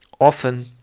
often